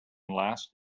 last